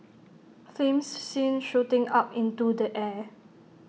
flames seen shooting up into the air